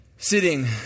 sitting